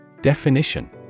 Definition